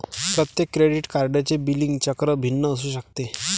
प्रत्येक क्रेडिट कार्डचे बिलिंग चक्र भिन्न असू शकते